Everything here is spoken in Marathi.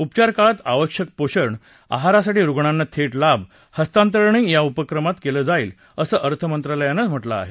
उपचार काळात आवश्यक पोषण आहारासाठी रुग्णांना थेट लाभ हस्तांतरणही या उपक्रमात केल जाईल असं अर्थमंत्रालयानं म्हटलं आहे